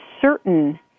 certain